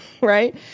Right